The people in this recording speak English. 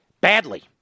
badly